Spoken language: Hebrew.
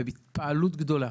ובהתפעלות גדולה.